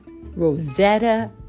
Rosetta